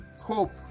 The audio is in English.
hope